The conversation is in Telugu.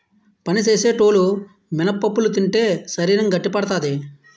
పని సేసేటోలు మినపప్పులు తింటే శరీరం గట్టిపడతాది